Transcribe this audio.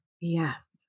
Yes